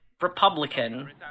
Republican